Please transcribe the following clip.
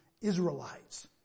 Israelites